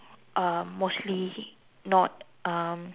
are mostly not um